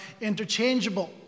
interchangeable